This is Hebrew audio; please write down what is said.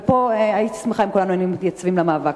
ופה, הייתי שמחה אם כולנו היינו מתייצבים למאבק.